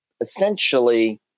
essentially